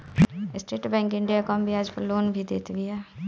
estate Bank of India कम बियाज पअ लोन भी देत बिया